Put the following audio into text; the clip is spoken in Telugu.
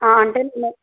అంటే మీరు